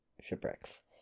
shipwrecks